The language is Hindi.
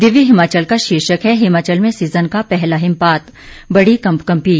दिव्य हिमाचल का शीर्षक है हिमाचल में सीजन का पहला हिमपात बढ़ी कंपकंपी